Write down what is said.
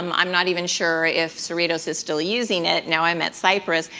um i'm not even sure if cerritos is still using it, now i'm at cyprus.